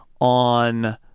on